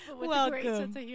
welcome